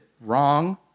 wrong